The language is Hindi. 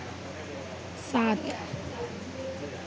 सात